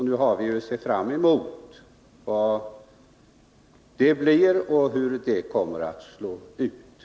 Nu har vi att se fram emot vad det blir av detta och hur det kommer att slå i sin tillämpning.